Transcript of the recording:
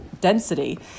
density